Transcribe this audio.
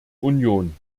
union